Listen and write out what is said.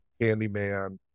Candyman